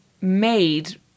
made